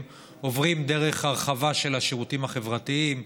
עוברים דרך הרחבה של השירותים החברתיים,